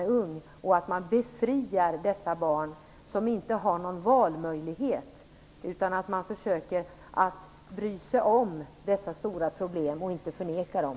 Det gäller att befria dessa barn, som inte har någon valmöjlighet. Man måste försöka bry sig om dessa stora problem, inte förneka dem.